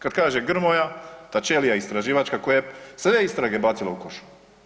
Kad kaže Grmoja ta ćelija istraživačka koja je sve istrage bacila u koš.